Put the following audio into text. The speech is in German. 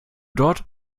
dort